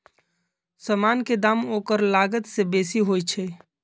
समान के दाम ओकर लागत से बेशी होइ छइ